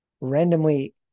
randomly